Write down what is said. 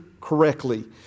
correctly